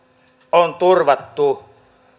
on turvattu